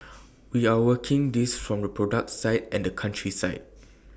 we are working this from the product side and the country side